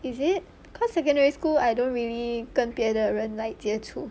is it cause secondary school I don't really 跟别的人 like 接触